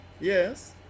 Yes